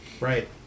Right